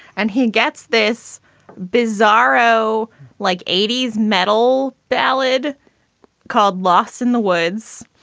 and he gets this bizzaro like eighty s metal ballad called lost in the woods,